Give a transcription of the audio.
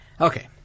Okay